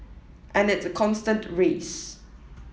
and it's a constant race